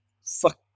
fuck